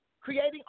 creating